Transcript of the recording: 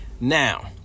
Now